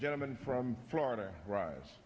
gentleman from florida rise